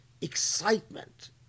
excitement